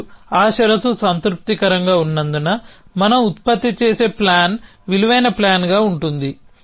మరియు ఆ షరతు సంతృప్తికరంగా ఉన్నందున మనం ఉత్పత్తి చేసే ప్లాన్ విలువైన ప్లాన్గా ఉంటుంది